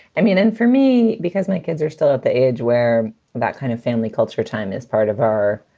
i mean, and for me, because my kids are still at the age where that kind of family culture time is part of our